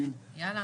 שאלה,